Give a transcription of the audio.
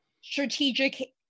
strategic